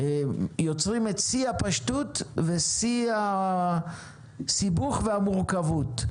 יוצרים את שיא הפשטות ושיא הסיבוך והמורכבות.